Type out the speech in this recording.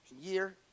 year